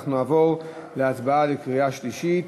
אנחנו נעבור להצבעה בקריאה שלישית.